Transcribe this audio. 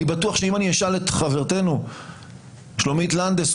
אני בטוח שאם אני אשאל את חברתנו שלומית לנדס,